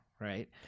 right